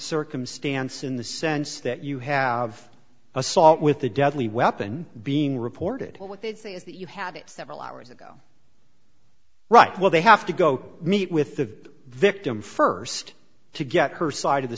circumstance in the sense that you have assault with a deadly weapon being reported what they say is that you have several hours ago right well they have to go meet with the victim first to get her side of the